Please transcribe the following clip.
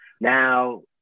Now